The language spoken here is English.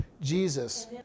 Jesus